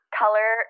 color